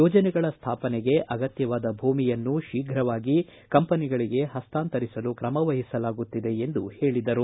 ಯೋಜನೆಗಳ ಸ್ಥಾಪನೆಗೆ ಅಗತ್ಯವಾದ ಭೂಮಿಯನ್ನು ಶೀಘವಾಗಿ ಕಂಪನಿಗಳಿಗೆ ಹಸ್ತಾಂತರಿಸಲು ಕ್ರಮವಹಿಸಲಾಗುತ್ತಿದೆ ಎಂದು ಹೇಳಿದರು